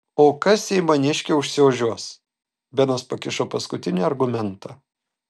o kas jei maniškė užsiožiuos benas pakišo paskutinį argumentą